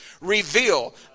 reveal